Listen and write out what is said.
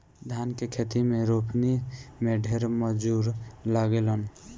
धान के खेत में रोपनी में ढेर मजूर लागेलन